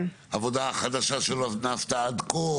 זו עבודה חדשה שלא נעשתה עד כה?